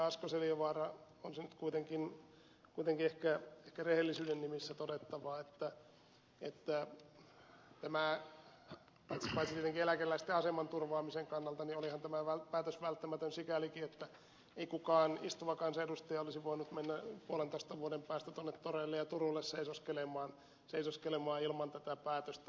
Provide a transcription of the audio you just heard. asko seljavaara on se nyt kuitenkin ehkä rehellisyyden nimissä todettava että paitsi tietenkin eläkeläisten aseman turvaamisen kannalta olihan tämä päätös välttämätön sikälikin että ei kukaan istuva kansanedustaja olisi voinut mennä puolentoista vuoden päästä tuonne toreille ja turuille seisoskelemaan ilman tätä päätöstä